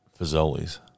Fazoli's